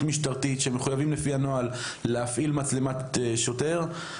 משטרתית שמחויבים לפי הנוהל להפעיל מצלמת שוטר,